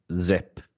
zip